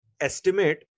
estimate